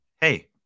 hey